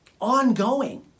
ongoing